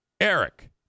Eric